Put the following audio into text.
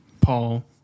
Paul